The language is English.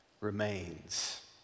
remains